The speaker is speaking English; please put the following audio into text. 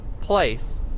place